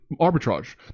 arbitrage